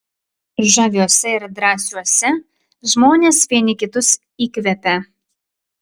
žaviuose ir drąsiuose žmonės vieni kitus įkvepia